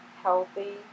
healthy